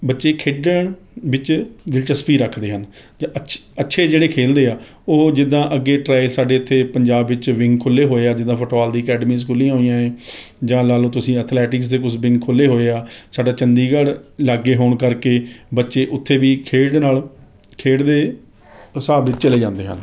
ਬੱਚੇ ਖੇਡਣ ਵਿੱਚ ਦਿਲਚਸਪੀ ਰੱਖਦੇ ਹਨ ਅਤੇ ਅੱਛ ਅੱਛੇ ਜਿਹੜੇ ਖੇਲਦਾ ਆ ਉਹ ਜਿੱਦਾਂ ਅੱਗੇ ਟਰਾਈ ਸਾਡੇ ਇੱਥੇ ਪੰਜਾਬ ਵਿੱਚ ਵਿੰਗ ਖੁੱਲ੍ਹੇ ਹੋਏ ਆ ਜਿੱਦਾਂ ਫੁੱਟਬਾਲ ਦੀਆਂ ਅਕੈਡਮੀਸ ਖੁੱਲ੍ਹੀਆਂ ਹੋਈਆਂ ਏ ਜਾਂ ਲਾ ਲਓ ਤੁਸੀਂ ਅਥਲੈਟਿਕਸ ਦੇ ਕੁਝ ਵਿੰਗ ਖੁੱਲ੍ਹੇ ਹੋਏ ਆ ਸਾਡੇ ਚੰਡੀਗੜ੍ਹ ਲਾਗੇ ਹੋਣ ਕਰਕੇ ਬੱਚੇ ਉੱਥੇ ਵੀ ਖੇਡ ਦੇ ਨਾਲ ਖੇਡ ਦੇ ਹਿਸਾਬ ਵਿੱਚ ਚਲੇ ਜਾਂਦੇ ਹਨ